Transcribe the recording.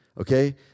okay